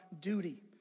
duty